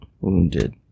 wounded